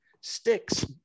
Sticks